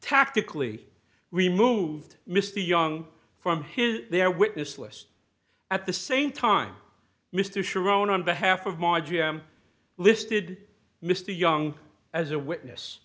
tactically removed mr young from his their witness list at the same time mr sharon on behalf of my g m listed mr young as a witness